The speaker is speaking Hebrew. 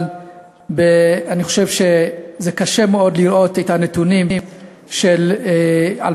אבל אני חושב שזה קשה מאוד לראות את הנתונים של 2012,